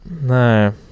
No